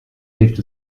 hilft